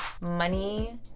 money